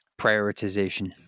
prioritization